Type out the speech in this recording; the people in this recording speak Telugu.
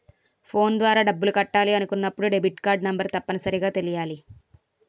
ఫోన్ ద్వారా డబ్బులు కట్టాలి అనుకున్నప్పుడు డెబిట్కార్డ్ నెంబర్ తప్పనిసరిగా తెలియాలి